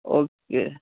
okay